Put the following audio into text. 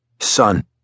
Son